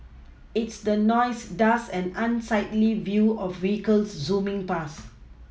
it's the noise dust and unsightly view of vehicles zooming past